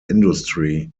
industry